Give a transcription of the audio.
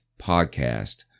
podcast